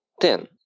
Ten